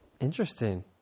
Interesting